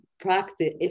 practice